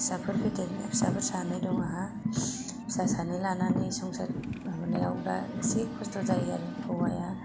फिसाफोर फेदेरनो फिसाफोर सानै दं आंहा फिसा सानै लानानै संसार माबानायाव दा एसे खस्त' जायो आरो हौवाया